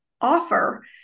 offer